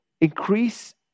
increase